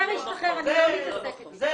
אם המשפחה שלו מעבירה לו מאות שקלים - יש אפשרות